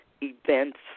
events